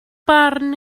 barn